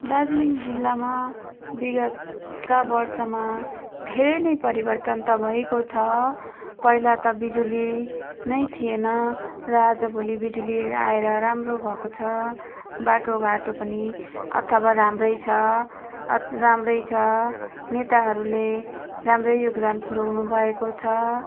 दार्जिलिङ जिल्लामा विगतका वर्षमा धेरै नै परिवर्तन त भएको छ पहिला त बिजुली नै थिएन र आज भोलि बिजुली आएर राम्रो भएको छ बाटोघाटो पनि अथवा राम्रै छ राम्रै छ नेताहरूले राम्रै योगदान पुर्याउनु भएको छ